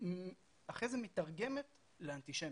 אחרי זה מיתרגמת לאנטישמיות,